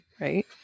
right